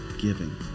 giving